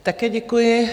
Také děkuji.